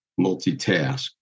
multitask